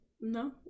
No